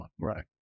Right